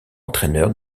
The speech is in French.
entraineur